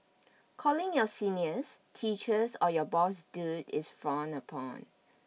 calling your seniors teachers or your boss dude is frowned upon